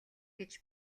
гэж